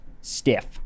stiff